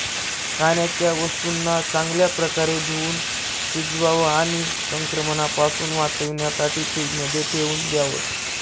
खाण्याच्या वस्तूंना चांगल्या प्रकारे धुवुन शिजवावं आणि संक्रमणापासून वाचण्यासाठी फ्रीजमध्ये ठेवून द्याव